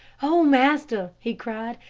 o master, he cried,